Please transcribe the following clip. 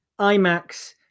imax